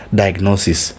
diagnosis